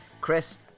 Chris